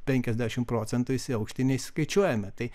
penkiasdešimt procentų jis į aukštį neįsiskaičiuoja tai